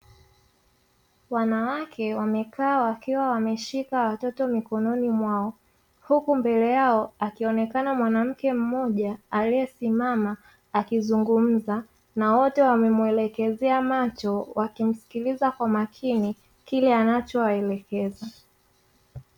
Wanawake wamekaa wakiwa wameshika watoto mikononi mwao huku mbele yao, akionekana mwanamke mmoja aliyesimama akizungumza na wote wakiwa wamemwelekezea macho wakimsikiliza kwa makini kile anachowaelekeza.